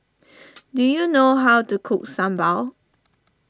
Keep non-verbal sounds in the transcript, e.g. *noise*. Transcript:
*noise* do you know how to cook Sambal